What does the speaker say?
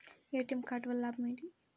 ATM card వల్ల లాభం ఏమిటి?